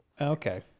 Okay